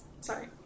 Sorry